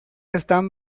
están